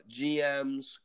GMs